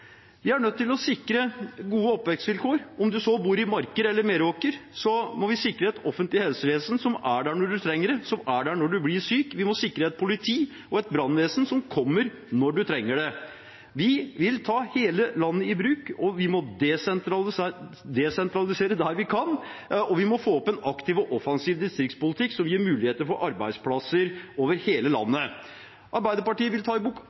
Vi er nødt til å sikre gode oppvekstvilkår, og om man bor i Marker eller Meråker, må vi sikre et offentlig helsevesen som er der når man trenger det, som er der når man blir syk. Vi må sikre et politi og et brannvesen som kommer når man trenger det. Vi vil ta hele landet i bruk, vi må desentralisere der vi kan, og vi må få opp en aktiv og offensiv distriktspolitikk som gir muligheter for arbeidsplasser over hele landet. Arbeiderpartiet vil ta i